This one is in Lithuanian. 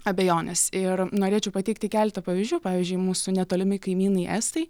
abejones ir norėčiau pateikti keletą pavyzdžių pavyzdžiui mūsų netolimi kaimynai estai